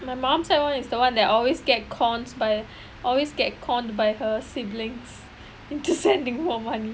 my mom's side one is the [one] that always get conned by always get conned by her siblings into sending more money